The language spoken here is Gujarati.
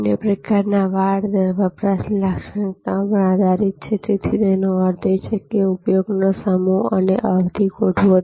અન્ય પ્રકારના વાડ દર વપરાશની લાક્ષણિકતાઓ પર આધારિત છેતેનો અર્થ છે ઉપયોગનો સમય અને અવધિ ગોઠવો